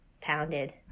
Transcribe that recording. pounded